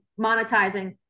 monetizing